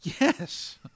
yes